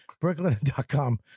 Brooklyn.com